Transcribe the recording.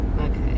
okay